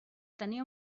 tenia